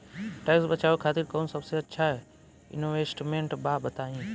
Tax बचावे खातिर कऊन सबसे अच्छा इन्वेस्टमेंट बा बताई?